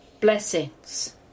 Blessings